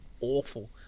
awful